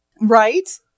right